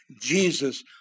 Jesus